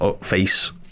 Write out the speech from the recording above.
face